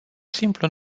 simplu